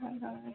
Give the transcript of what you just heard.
হয় হয়